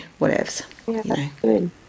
whatevs